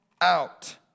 out